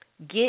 get